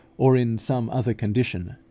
or in some other condition,